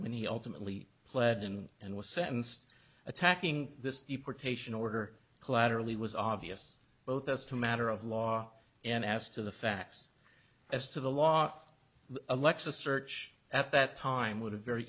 when he ultimately pled in and was sentenced attacking this deportation order collaterally was obvious both as to matter of law and as to the facts as to the law alexa search at that time would have very